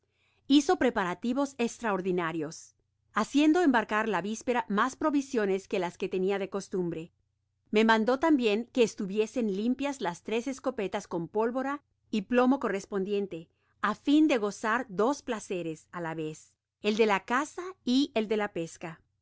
hizo preparativos estraordinarios haciendo embarcar la vispera mas provisiones que las que tenia do costumbre me mandó tambien que estuviesen limpias las tres escopetas con pólvora y plomo correspondiente á fin de gozar dos placeres á la vez el de la caza y el de la pesca